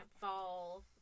fall